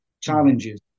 challenges